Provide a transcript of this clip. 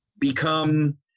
become